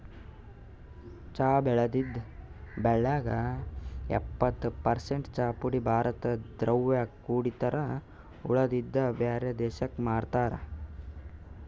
ಚಾ ಬೆಳದಿದ್ದ್ ಬೆಳ್ಯಾಗ್ ಎಪ್ಪತ್ತ್ ಪರಸೆಂಟ್ ಚಾಪುಡಿ ಭಾರತ್ ದವ್ರೆ ಕುಡಿತಾರ್ ಉಳದಿದ್ದ್ ಬ್ಯಾರೆ ದೇಶಕ್ಕ್ ಮಾರ್ತಾರ್